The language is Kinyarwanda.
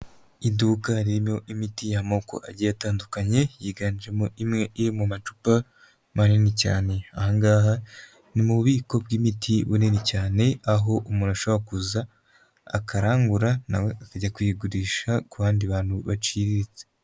Iduka ririmo imiti y'amoko agiye atandukanye yiganjemo imwe iri mu macupa manini cyane ahangaha ni mu bubiko bw'imiti bunini cyane aho umuntu ashobora kuza akarangura nawe akajya kuyigurisha ku bandi bantu baciriritse.